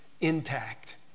intact